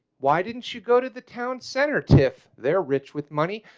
why didn't you go to the town centre. tiff they're rich with money.